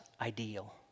ideal